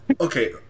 okay